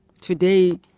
Today